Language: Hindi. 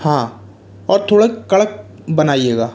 हाँ और थोड़ा कड़क बनाइयेगा